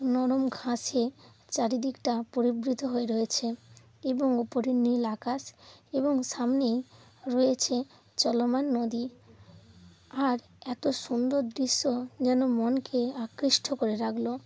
নরম ঘাসে চার দিকটা পরিবৃত হয়ে রয়েছে এবং ওপরে নীল আকাশ এবং সামনেই রয়েছে চলমান নদী আর এত সুন্দর দৃশ্য যেন মনকে আকৃষ্ট করে রাখলো